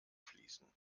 fließen